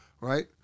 right